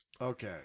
Okay